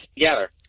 together